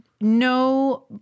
No